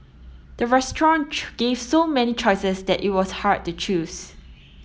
the restaurant gave so many choices that it was hard to choose